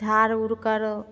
झाड़ उड़ कर